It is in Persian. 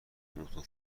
عمرتون